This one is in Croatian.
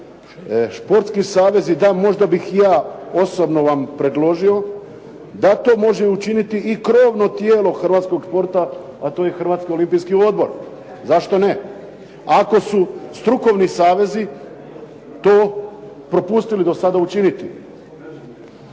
Športski savezi, da možda bih i ja osobno vam predložio da to može učiniti i krovno tijelo hrvatskog sporta a to je Hrvatski olimpijski odbor, zašto ne ako su strukovni savezi to propustili do sada učiniti.